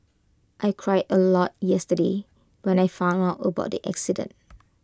I cried A lot yesterday when I found out about the accident